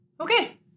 Okay